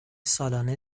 سالانه